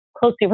closely